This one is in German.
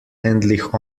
endlich